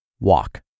walk